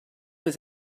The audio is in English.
was